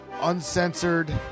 uncensored